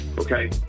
Okay